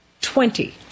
Twenty